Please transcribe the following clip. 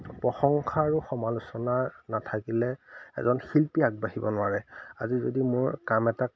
প্ৰশংসা আৰু সমালোচনা নাথাকিলে এজন শিল্পী আগবাঢ়িব নোৱাৰে আজি যদি মোৰ কাম এটাক